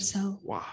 Wow